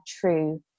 true